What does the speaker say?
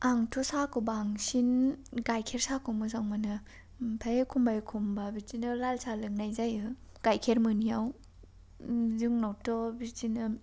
आंथ' साहाखौ बांसिन गाइखेर साहाखौ मोजां मोनो ओमफ्राय एखमबा एखमबा बिदिनो लाल साहा लोंनाय जायो गाइखेर मोनैआव जोंनावथ' बिदिनो